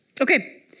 Okay